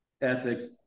ethics